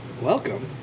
Welcome